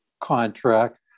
contract